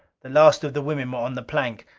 the last of the women were on the plank.